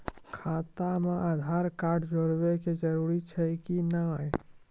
खाता म आधार कार्ड जोड़वा के जरूरी छै कि नैय?